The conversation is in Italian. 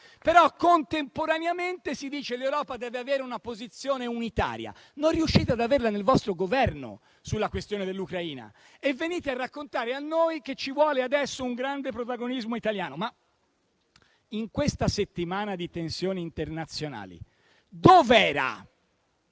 Contemporaneamente, però, si dice che l'Europa deve avere una posizione unitaria. Non riuscite ad averla nel vostro Governo sulla questione dell'Ucraina e venite a raccontare a noi che ci vuole adesso un grande protagonismo italiano. In questa settimana di tensioni internazionali dove era